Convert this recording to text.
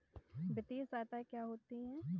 वित्तीय सहायता क्या होती है?